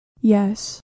yes